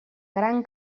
gran